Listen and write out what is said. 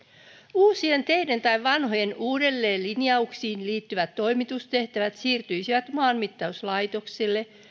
uusien teiden linjauksiin tai vanhojen uudelleenlinjauksiin liittyvät toimitustehtävät siirtyisivät maanmittauslaitokselle